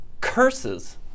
Curses